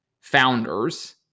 founders